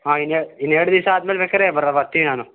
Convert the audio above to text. ಹಾಂ ಇನ್ನು ಎ ಇನ್ನು ಎರಡು ದಿವಸ ಆದ್ಮೇಲೆ ಬೇಕಾದ್ರೆ ಬರ ಬರ್ತೀನ್ ನಾನು